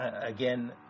again